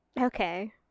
Okay